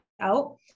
out